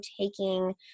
taking